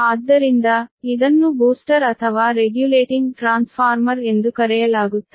ಆದ್ದರಿಂದ ಇದನ್ನು ಬೂಸ್ಟರ್ ಅಥವಾ ರೆಗ್ಯುಲೇಟಿಂಗ್ ಟ್ರಾನ್ಸ್ಫಾರ್ಮರ್ ಎಂದು ಕರೆಯಲಾಗುತ್ತದೆ